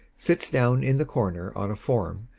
sits down in the corner on a form,